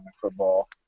football